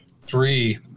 three